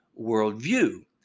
worldview